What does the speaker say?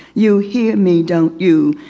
you hear me don't you?